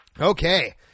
Okay